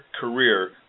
career